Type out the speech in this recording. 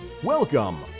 Welcome